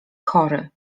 chory